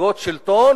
אותו.